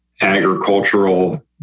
agricultural